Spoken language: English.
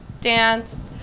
dance